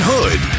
Hood